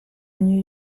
new